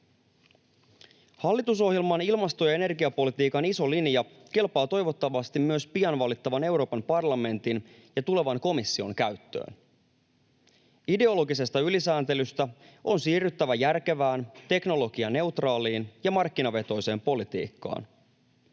Hallitusohjelman ilmasto- ja energiapolitiikan iso linja kelpaa toivottavasti myös pian valittavan Euroopan parlamentin ja tulevan komission käyttöön. Ideologisesta ylisääntelystä on siirryttävä järkevään, teknologianeutraaliin ja markkinavetoiseen politiikkaan: